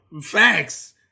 Facts